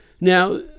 Now